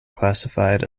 classified